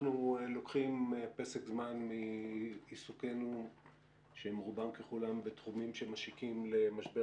אנחנו לוקחים פסק זמן מעיסוקנו שהם רובם ככולם בתחומים שמשיקים למשבר